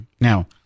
Now